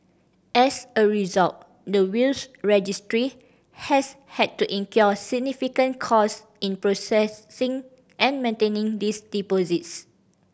as a result the Wills Registry has had to incur significant cost in processing and maintaining these deposits